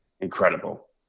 incredible